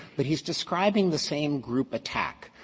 but he's describing the same group attack.